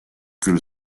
küll